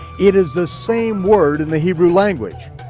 it is the same word in the hebrew language.